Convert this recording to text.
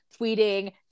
tweeting